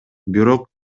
бирок